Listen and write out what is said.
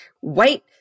white